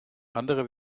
andere